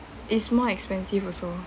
is more expensive also